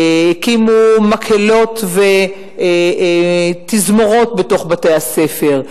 הקימו מקהלות ותזמורות בתוך בתי-הספר.